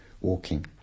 walking